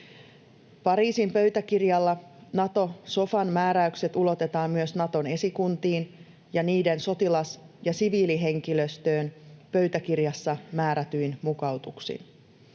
Pariisin pöytäkirjalla Nato-sofan määräykset ulotetaan myös Naton esikuntiin ja niiden sotilas- ja siviilihenkilöstöön pöytäkirjassa määrätyin mukautuksin.